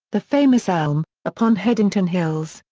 the famous elm, upon headington hills,